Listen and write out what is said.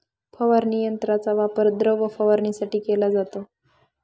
फवारणी यंत्राचा वापर द्रव फवारणीसाठी केला जातो